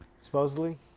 Supposedly